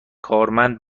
کارمند